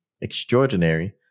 extraordinary